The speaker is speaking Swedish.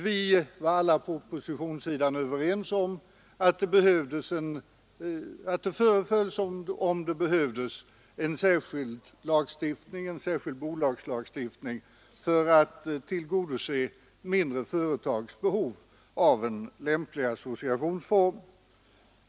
Vi var sålunda ense om att det föreföll som om det behövdes en särskild bolagslagstiftning för att tillgodose mindre företags behov av en lämplig associationsform.